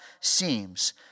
seems